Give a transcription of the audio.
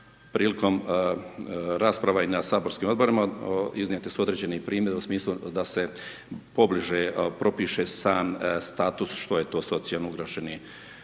Prilikom rasprava i na saborskim odborima iznijeti su određeni primjeri u smislu da se pobliže propiše sam sam status što je to socijalno ugroženih